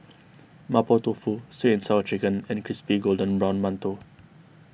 Mapo Tofu Sweet and Sour Chicken and Crispy Golden Brown Mantou